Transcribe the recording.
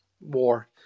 war